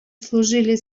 служили